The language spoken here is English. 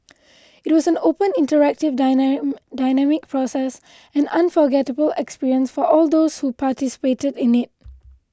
it was an open interactive dynamic process an unforgettable experience for all those who participated in it